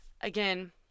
again